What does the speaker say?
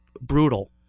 brutal